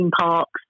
parks